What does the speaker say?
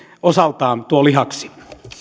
osaltaan tuo lihaksi